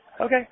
Okay